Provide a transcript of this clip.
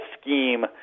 scheme